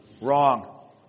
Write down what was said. Wrong